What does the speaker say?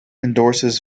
endorses